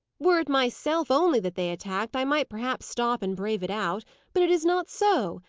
were it myself only that they attacked, i might perhaps stop and brave it out but it is not so.